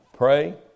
Pray